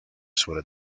sobre